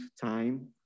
time